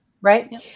right